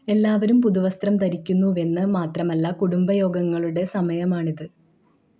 എല്ലാവരും പുതുവസ്ത്രം ധരിക്കുന്നുവെന്ന് മാത്രമല്ല കുടുംബയോഗങ്ങളുടെ സമയമാണിത്